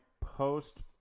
post